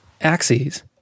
axes